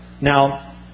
Now